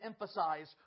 emphasize